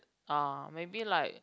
uh maybe like